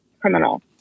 criminal